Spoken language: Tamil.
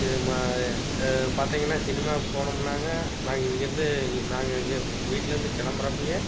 இது மாதிரி பார்த்தீங்கன்னா சினிமாவுக்கு போனோமுன்னாங்க நாங்கள் இங்கேயிருந்து இங்கே நாங்கள் இங்கே வீட்டிலேருந்து கிளம்புறப்பையே